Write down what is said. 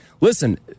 listen